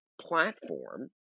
platform—